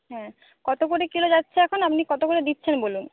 হ্যাঁ কত করে কিলো যাচ্ছে এখন আপনি কত করে দিচ্ছেন বলুন